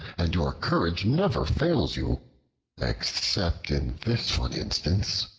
and your courage never fails you except in this one instance.